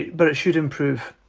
but it should improve